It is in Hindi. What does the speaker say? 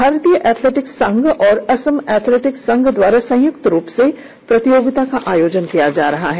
भारतीय एथलेटिक्स संघ और असम एथलेटिक्स संघ द्वारा संयुक्त रूप से प्रतियोगिता का आयोजन किया जा रहा है